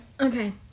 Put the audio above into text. Okay